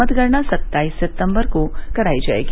मतगणना सत्ताईस सितम्बर को करायी जायेगी